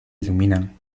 iluminan